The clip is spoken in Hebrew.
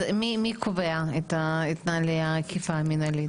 אז מי קובע את נהלי האכיפה המינהלית?